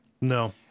No